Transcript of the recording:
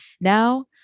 Now